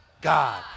God